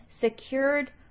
secured